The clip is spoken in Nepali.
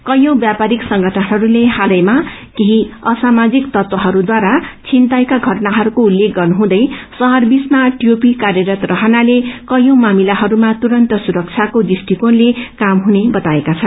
कैयौं व्यापारिक संगठनहरूले हलैमा केही असामाजिक तत्वहरूद्वारा छिनताईका घटनाहरूको उल्लेख गर्नुहुँदै शहरबीचमा टिओपी कार्यरत रहनाले कैंयी मामिलाहरूमा तुरन्त सूरबाको दृष्ट्रिकोणले काम हुने बताएका छन्